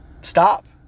stop